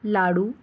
लाडू